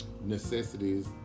necessities